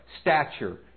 stature